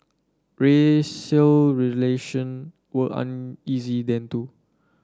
racial relation were uneasy then too